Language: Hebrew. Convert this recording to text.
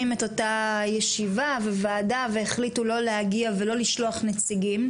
את אותה ישיבת ועדה ולא להגיע ולא לשלוח נציגים.